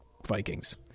vikings